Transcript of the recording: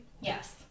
Yes